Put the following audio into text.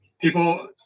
People